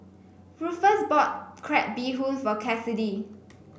Rufus bought Crab Bee Hoon for Cassidy